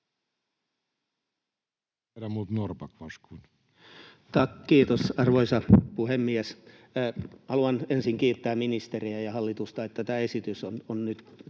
kiitos, arvoisa puhemies! Haluan ensin kiittää ministeriä ja hallitusta, että tämä esitys on nyt täällä